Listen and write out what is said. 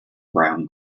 brown